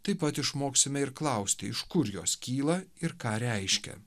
taip pat išmoksime ir klausti iš kur jos kyla ir ką reiškia